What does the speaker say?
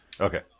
Okay